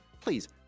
please